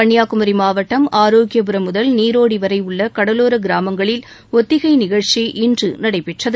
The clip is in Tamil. கன்னியாகுமரி மாவட்டம் ஆரோக்கியபுரம் முதல் நீரோடி வரை உள்ள கடலோர கிராமங்களில் ஒத்திகை நிகழ்ச்சி இன்று நடைபெற்றது